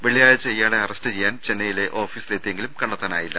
വെള്ളിയാഴ്ച ഇയാളെ അറസ്റ്റ് ചെയ്യാൻ ചെന്നൈയിലെ ഓഫീ സിൽ എത്തിയെങ്കിലും കണ്ടെത്താനായില്ല